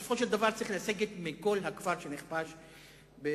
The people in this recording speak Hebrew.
בסופו של דבר צריך לסגת מכל הכפר שנכבש ב-1967.